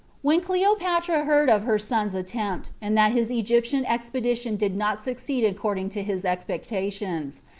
when cleopatra heard of her son's attempt, and that his egyptian expedition did not succeed according to his expectations,